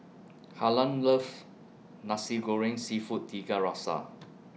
Harlan loves Nasi Goreng Seafood Tiga Rasa